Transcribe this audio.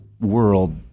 world